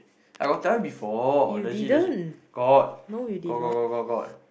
I got tell you before legit legit got got got got got got